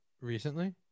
recently